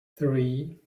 three